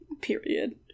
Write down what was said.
Period